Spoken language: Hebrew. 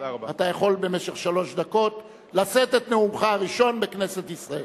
אתה יכול במשך שלוש דקות לשאת את נאומך הראשון בכנסת ישראל.